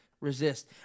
Resist